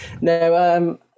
No